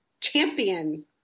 champion